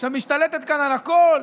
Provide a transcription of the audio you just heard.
שמשתלטת כאן על הכול.